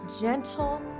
gentle